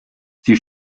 sie